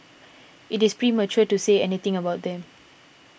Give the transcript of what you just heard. it is premature to say anything about them